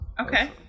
Okay